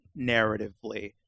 narratively